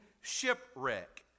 shipwreck